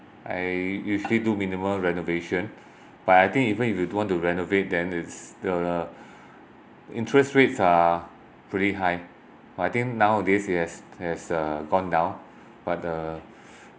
I usually do minimal renovation but I think even if you don't want to renovate then it's the interest rates are pretty high but I think nowadays it has it has gone down but the